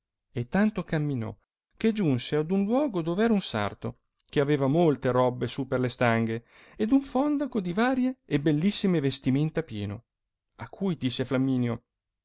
e tanto camminò che giunse ad uno luogo dove era un sarto che aveva molte robbe su per le stanghe ed uno fondaco di varie e bellissime vestimenta pieno a cui disse flamminio